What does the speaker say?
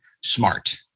smart